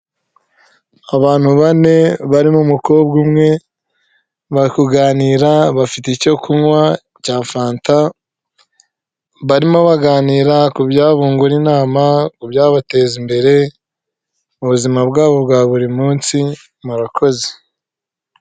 Abantu bane barimo umukobwa umwe bari kuganira bafite icyo kunywa cya fanta, barimo baganira ku byabungura inama, ku byabateza imbere mu buzima bwabo bwa buri munsi. Murakoze!